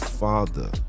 father